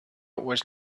was